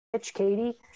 Katie